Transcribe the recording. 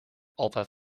altijd